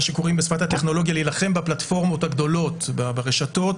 שקוראים בשפת הטכנולוגיה "להילחם בפלטפורמות הגדולות ברשתות".